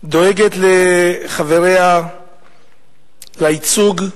דואגת לחבריה לייצוג,